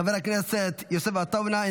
חבר הכנסת יוסף עטאונה,